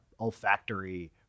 olfactory